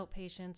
Outpatients